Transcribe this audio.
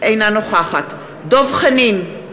אינה נוכחת דב חנין,